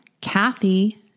Kathy